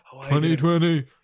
2020